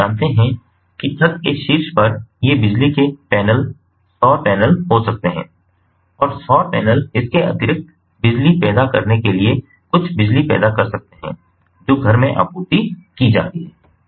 तो आप जानते हैं कि छत के शीर्ष पर ये बिजली के पैनल सौर पैनल हो सकते हैं और सौर पैनल इसके अतिरिक्त बिजली पैदा करने के लिए कुछ बिजली पैदा कर सकते हैं जो घर में आपूर्ति की जाती है